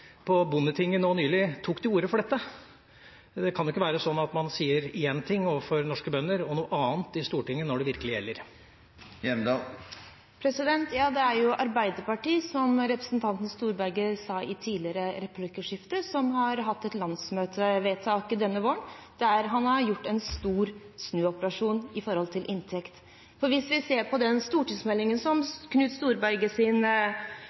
på Bondetinget nå nylig tok til orde for dette. Det kan jo ikke være sånn at man sier én ting til norske bønder og noe annet i Stortinget når det virkelig gjelder. Ja, som representanten Storberget sa i et tidligere replikkordskifte, har Arbeiderpartiet hatt et landsmøtevedtak denne våren der de har gjort en stor snuoperasjon når det gjelder inntekt. Hvis vi ser på den stortingsmeldingen som Knut